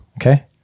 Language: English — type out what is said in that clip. okay